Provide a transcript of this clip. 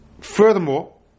Furthermore